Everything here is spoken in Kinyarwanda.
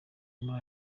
muri